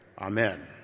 Amen